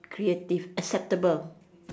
creative acceptable